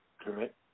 Correct